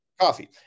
coffee